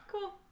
Cool